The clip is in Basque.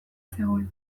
zegoen